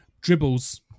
Dribbles